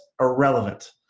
irrelevant